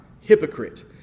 Hypocrite